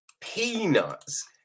peanuts